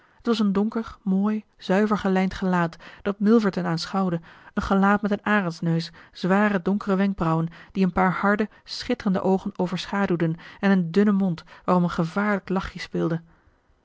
het was een donker mooi zuiver gelijnd gelaat dat milverton aanschouwde een gelaat met een arendsneus zware donkere wenkbrauwen die een paar harde schitterende oogen overschaduwden en een dunnen mond waarom een gevaarlijk lachje speelde